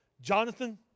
Jonathan